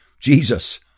Jesus